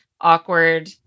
awkward